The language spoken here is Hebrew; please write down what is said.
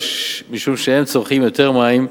משום שהם צורכים יותר מים,